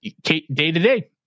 day-to-day